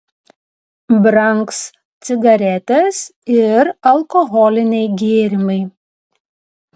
brangs cigaretės ir alkoholiniai gėrimai